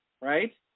right